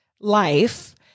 life